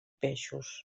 peixos